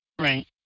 Right